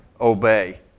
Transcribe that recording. obey